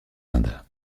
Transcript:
indes